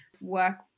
work